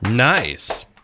Nice